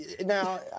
now